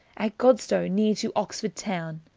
at godstowe, neare to oxford towne,